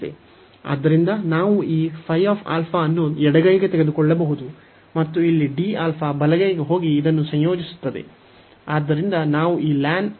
ಆದ್ದರಿಂದ ನಾವು ಈ ϕ α ಅನ್ನು ಎಡಗೈಗೆ ತೆಗೆದುಕೊಳ್ಳಬಹುದು ಮತ್ತು ಇಲ್ಲಿ dα ಬಲಗೈಗೆ ಹೋಗಿ ಇದನ್ನು ಸಂಯೋಜಿಸುತ್ತದೆ